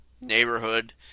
neighborhood